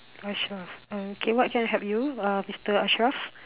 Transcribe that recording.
Ashraf uh okay what can I help you uh Mister Ashraf